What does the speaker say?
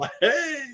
Hey